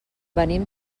venim